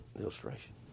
illustration